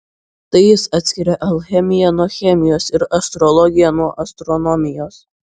tai jis atskiria alchemiją nuo chemijos ir astrologiją nuo astronomijos